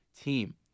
team